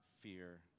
fear